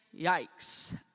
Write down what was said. yikes